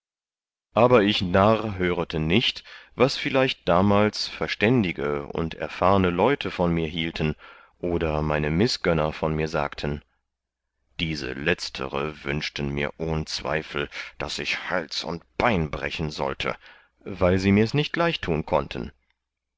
aber ich narr hörete nicht was vielleicht damals verständige und erfahrne leute von mir hielten oder meine mißgönner von mir sagten diese letztere wünschten mir ohn zweifel daß ich hals und bein brechen sollte weil sie mirs nicht gleichtun konnten